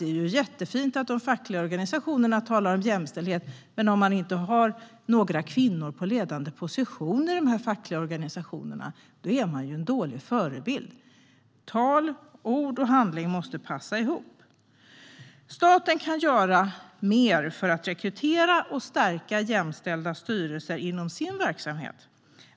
Det är ju jättefint att de fackliga organisationerna talar om jämställdhet, men om man inte har några kvinnor på ledande positioner i de här fackliga organisationerna är man ju en dålig förebild. Ord och handling måste passa ihop. Staten kan göra mer för att rekrytera och stärka jämställda styrelser inom sin verksamhet.